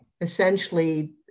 essentially